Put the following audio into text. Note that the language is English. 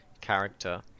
character